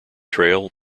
trail